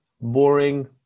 boring